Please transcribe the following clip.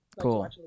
cool